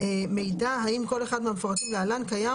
מידע האם כל אחד מהמפורטים להלן קיים